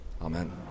amen